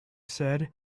said